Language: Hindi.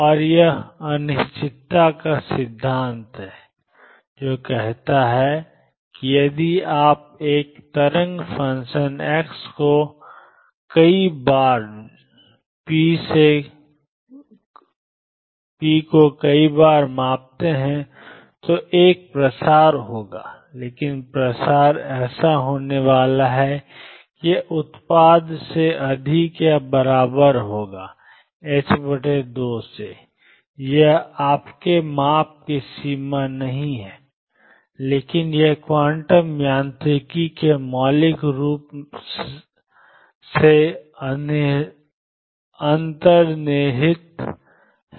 और यह अनिश्चितता का सिद्धांत है जो कहता है कि यदि आप एक तरंग फ़ंक्शन x को कई बार और p को कई बार मापते हैं तो एक प्रसार होगा लेकिन प्रसार ऐसा होने वाला है कि यह उत्पाद से अधिक या बराबर होगा 2 से यह आपके माप की सीमा नहीं है लेकिन यह क्वांटम यांत्रिकी में मौलिक रूप से अंतर्निहित है